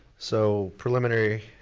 so, preliminary.